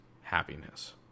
happiness